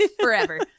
forever